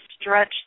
stretch